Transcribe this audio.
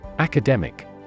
Academic